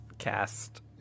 Cast